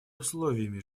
условиями